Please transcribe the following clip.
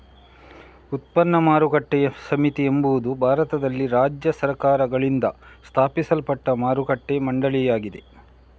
ಉತ್ಪನ್ನ ಮಾರುಕಟ್ಟೆ ಸಮಿತಿ ಎಂಬುದು ಭಾರತದಲ್ಲಿ ರಾಜ್ಯ ಸರ್ಕಾರಗಳಿಂದ ಸ್ಥಾಪಿಸಲ್ಪಟ್ಟ ಮಾರುಕಟ್ಟೆ ಮಂಡಳಿಯಾಗಿದೆ